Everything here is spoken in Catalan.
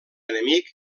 enemic